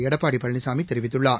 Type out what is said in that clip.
எடப்பாடி பழனிசாமி தெரிவித்துள்ளார்